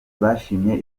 bashimye